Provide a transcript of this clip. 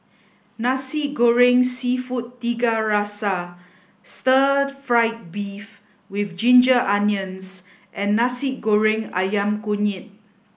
Nasi Goreng Seafood Tiga Rasa Stir Fried Beef with Ginger Onions and Nasi Goreng Ayam Kunyit